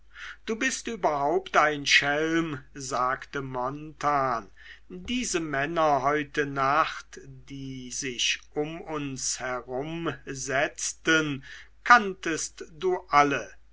du bist überhaupt ein schelm sagte jarno diese männer heute nacht die sich um uns herum setzten kanntest du alle